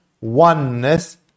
oneness